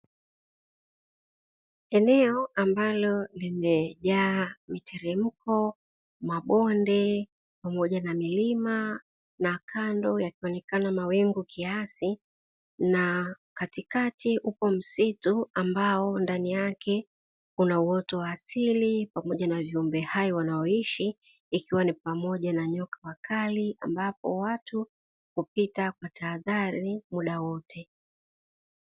Eneo ambalo limejaa mteremko, mabonde pamoja na milima na kando yakionekana mawingu kiasi na katikati upo msitu; ambao ndani yake kuna uoto wa asili pamoja na viumbe hai wanaoishi, ikiwa ni pamoja na nyoka wakali ambapo watu hupita kwa tahadhari muda wote.